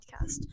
podcast